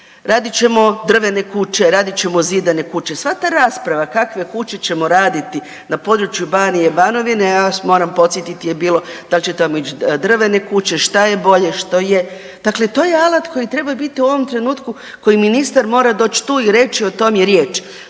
Radit ćemo drvene kuće, radit ćemo zidane kuće, sva ta rasprava kakve kuće ćemo raditi na području Banije/Banovine, ja vas moram podsjetiti, je bilo da li će tamo ići drvene kuće, šta je bolje, što je, dakle to je alat koji treba biti u ovom trenutku koji ministar mora doći tu i reći o tome je riječ.